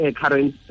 current